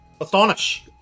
astonish